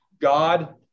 God